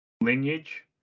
Lineage